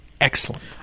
excellent